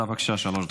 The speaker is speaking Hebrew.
בבקשה, שלוש דקות.